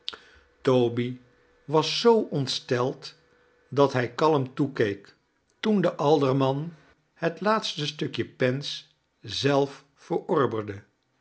toby was zoo ontsteld dat hij kalm toekeek toen de alderman het laatste stukje pens zelf verorberde